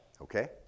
okay